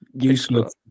useless